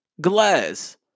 glass